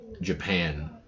Japan